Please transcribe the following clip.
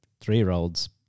three-year-olds